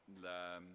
la